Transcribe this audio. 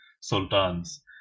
sultans